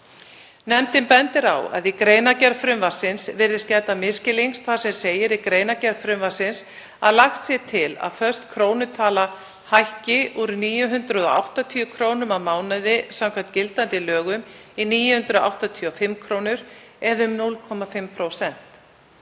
Nefndin bendir á að í greinargerð frumvarpsins virðist gæta misskilnings þar sem segir í greinargerð frumvarpsins að lagt sé til að föst krónutala hækki úr 980 kr. á mánuði samkvæmt gildandi lögum í 985 kr. eða um 0,5%.